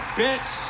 bitch